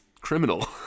Criminal